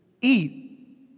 eat